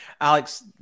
Alex